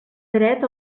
dret